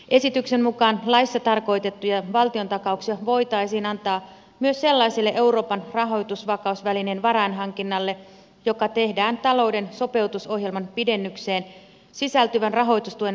esityksen mukaan laissa tarkoitettuja valtiontakauksia voitaisiin antaa myös sellaiselle euroopan rahoitusvakausvälineen varainhankinnalle joka tehdään talouden sopeutusohjelman pidennykseen sisältyvän rahoitustuen maksamista varten